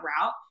route